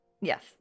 Yes